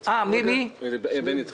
בני צריך